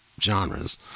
genres